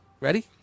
ready